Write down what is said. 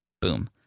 Boom